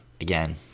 Again